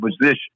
position